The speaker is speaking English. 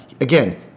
again